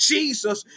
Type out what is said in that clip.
Jesus